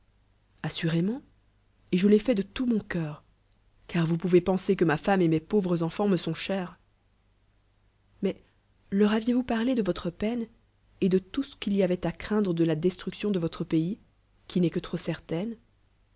assurément et je l'ai fait de tout mon cœur car vous pouvez penser que ma femme et mes panvreaenfants me aontchers mais leur aviez-vous parlé de votre peine et de tout ce qu'il y avoit uaindre de la destruction de votre pays qui n'est que trop certaine